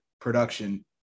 production –